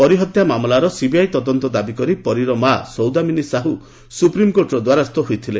ପରୀ ହତ୍ୟା ମାମଲାର ସିବିଆଇ ତଦନ୍ତ ଦାବୀକରି ପରୀର ମାଆ ସୌଦାମିନୀ ସାହୁ ସୁପ୍ରିମକୋର୍ଟର ଦ୍ୱାରସ୍ଥ ହୋଇଥିଲେ